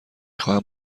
خواهم